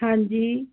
ਹਾਂਜੀ